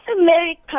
America